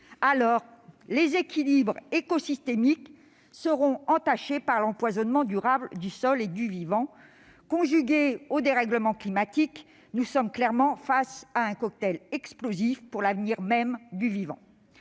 alors les équilibres écosystémiques seront entachés par l'empoisonnement durable du sol et du vivant. Si l'on y ajoute les dérèglements climatiques, nous sommes clairement face à un cocktail explosif pour l'avenir même du vivant.